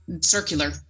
circular